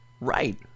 Right